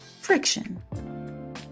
friction